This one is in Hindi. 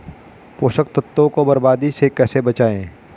पोषक तत्वों को बर्बादी से कैसे बचाएं?